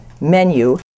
menu